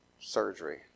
surgery